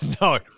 No